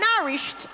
nourished